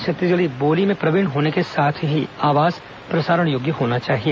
छत्तीसगढ़ी बोली में प्रवीण होने के साथ ही आवाज प्रसारण योग्य होना चाहिए